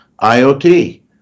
IoT